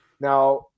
Now